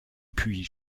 puis